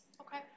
Okay